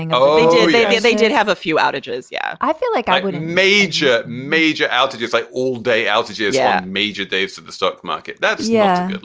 and oh yes. they did have a few outages. yeah i feel like i would major, major outages like all day outages. yeah major davis of the stock market that's. yeah.